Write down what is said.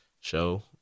show